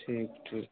ठीक ठीक